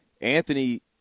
Anthony –